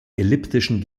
elliptischen